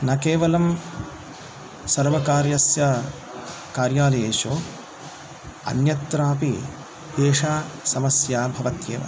न केवलं सर्वकार्यस्य कार्यालयेषु अन्यत्रापि एषा समस्या भवत्येव